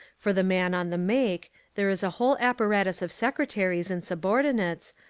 for the man on the make there is a whole apparatus of secretaries and subordinates,